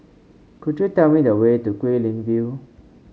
could you tell me the way to Guilin View